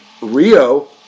Rio